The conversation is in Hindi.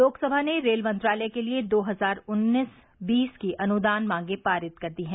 लोकसभा ने रेल मंत्रालय के लिए दो हजार उन्नीस बीस की अनुदान मांगे पारित कर दी हैं